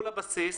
התשפ"א-2020.